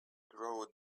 grow